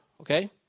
okay